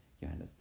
Johannes